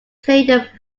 played